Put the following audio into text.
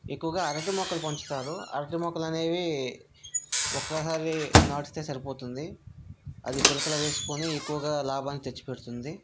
ఎక్కువగా అరటి మొక్కలు పెంచుతారు అరటి మొక్కలు అనేవి ఒక్కసారి నాటితే సరిపోతుంది అది పిలకలు అవి వేసుకుని ఎక్కువగా లాభాన్ని తెచ్చిపెడుతుంది